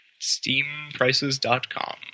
Steamprices.com